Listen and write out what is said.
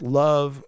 love